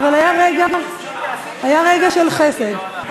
אבל היה רגע של חסד,